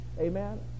amen